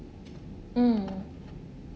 mm